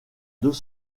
deux